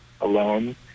alone